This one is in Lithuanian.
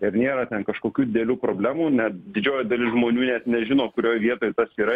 ir nėra ten kažkokių didelių problemų net didžioji dalis žmonių net nežino kurioj vietoj tas yra